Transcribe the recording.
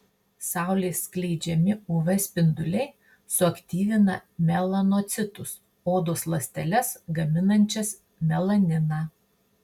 saulės skleidžiami uv spinduliai suaktyvina melanocitus odos ląsteles gaminančias melaniną